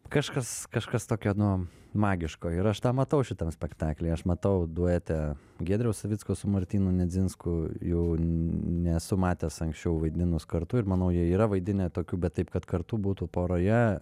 kažkas kažkas tokio nu magiško ir aš tą matau šitam spektakly aš matau duete giedriaus savicko su martynu nedzinsku jų nesu matęs anksčiau vaidinus kartu ir manau jie yra vaidinę tokių bet taip kad kartu būtų poroje